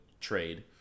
trade